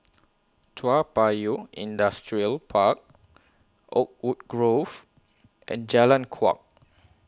Toa Payoh Industrial Park Oakwood Grove and Jalan Kuak